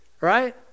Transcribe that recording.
right